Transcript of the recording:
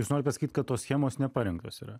jūs norit pasakyti kad tos schemos neparengtos yra